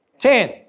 Ten